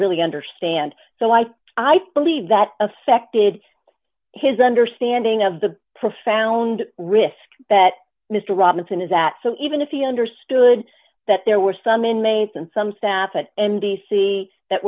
really understand so i i believe that affected his understanding of the profound risk that mr robinson is that so even if he understood that there were some inmates and some staff at n b c that